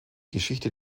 geschichte